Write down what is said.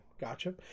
gotcha